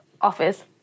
office